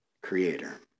creator